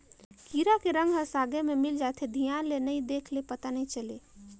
कीरा के रंग ह सागे में मिल जाथे, धियान ले नइ देख ले पता नइ चले